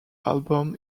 album